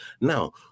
Now